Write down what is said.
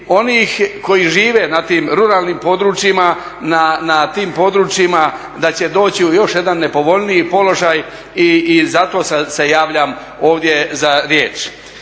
onih koji žive na tim ruralnim područjima, na tim područjima da će doći u još jedan nepovoljniji položaj i zato se javljam ovdje za riječ.